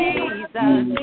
Jesus